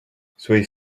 soyez